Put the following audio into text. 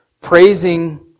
praising